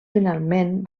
finalment